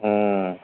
ꯎꯝ